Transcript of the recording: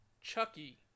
Chucky